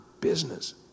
business